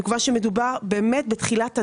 מכיוון שמדובר באמת בתחילת הדרך.